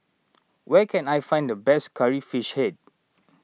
where can I find the best Curry Fish Head